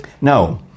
No